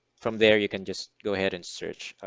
from there you can just go ahead and search